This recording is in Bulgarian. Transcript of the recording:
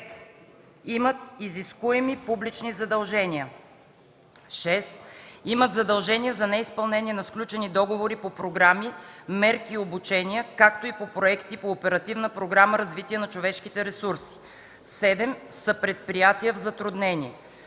5. имат изискуеми публични задължения;